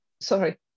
sorry